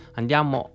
andiamo